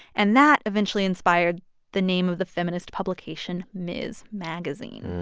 and that eventually inspired the name of the feminist publication, ms. magazine